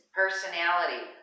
personality